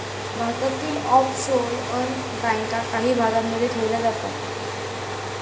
भारतातील ऑफशोअर बँका काही भागांमध्ये ठेवल्या जातात